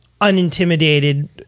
unintimidated